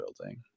building